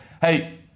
Hey